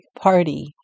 Party